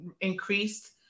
increased